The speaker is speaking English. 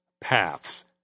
Paths